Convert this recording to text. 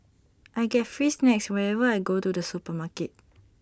I get free snacks whenever I go to the supermarket